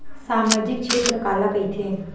सामजिक क्षेत्र काला कइथे?